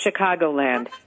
Chicagoland